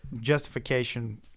justification